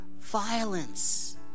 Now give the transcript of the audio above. violence